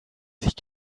sich